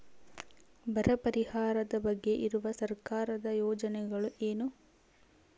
ಬರ ಪರಿಹಾರದ ಬಗ್ಗೆ ಇರುವ ಸರ್ಕಾರದ ಯೋಜನೆಗಳು ಏನು?